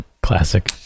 classic